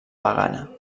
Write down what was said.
pagana